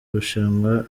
rushanwa